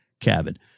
cabin